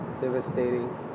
devastating